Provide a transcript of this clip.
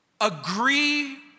agree